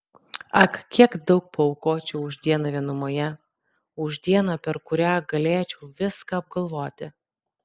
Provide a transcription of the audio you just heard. ak kiek daug paaukočiau už dieną vienumoje už dieną per kurią galėčiau viską apgalvoti